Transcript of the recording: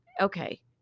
okay